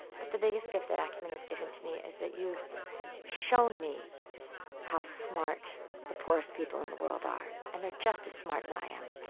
but the biggest gift that acumen has given to me is that you've shown me how smart the poorest people in the world are, and they're just as smart as i am.